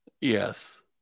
Yes